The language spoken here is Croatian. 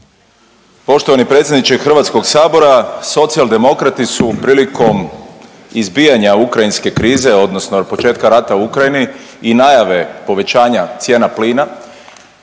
Poštovani predsjedniče Hrvatskoga sabora. Socijaldemokrati su prilikom izbijanja ukrajinske krize odnosno od početka rata u Ukrajini i najave povećanja cijena plina